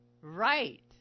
Right